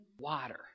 water